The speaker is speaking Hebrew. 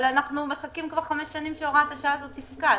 אבל אנחנו מחכים כבר חמש שנים שהוראת השעה הזאת תפקע,